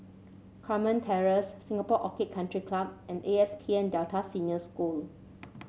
Carmen Terrace Singapore Orchid Country Club and A P S N Delta Senior School